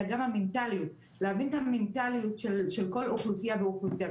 אלא גם המנטליות - להבין את המנטליות של כל אוכלוסייה ואוכלוסייה.